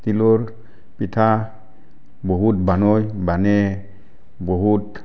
তিলৰ পিঠা বহুত বনায় বানে বহুত